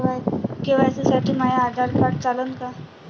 KYC साठी माह्य Aadhaar card चालन का?